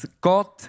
God